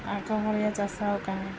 ଆଗ ଭଳିଆ ଚାଷ କାଇଁ